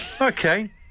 Okay